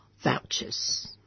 vouchers